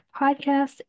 podcast